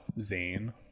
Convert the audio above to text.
Zane